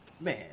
man